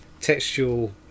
textual